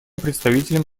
представителем